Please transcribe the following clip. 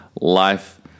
life